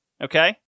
Okay